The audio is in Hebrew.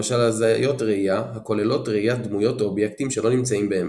למשל הזיות ראייה הכוללות ראיית דמויות או אובייקטים שלא נמצאים באמת.